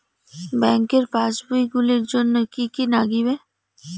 ব্যাঙ্কের পাসবই খুলির জন্যে কি কি নাগিবে?